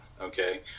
Okay